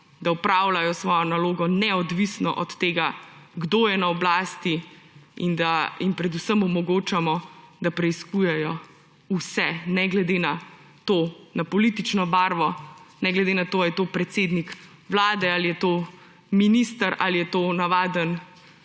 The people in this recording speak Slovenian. da opravljajo svojo nalogo neodvisno od tega, kdo je na oblasti. In da predvsem omogočamo, da preiskujejo vse, ne glede na politično barvo, ne glede na to, a je to predsednik Vlade, a je to minister, a je to navaden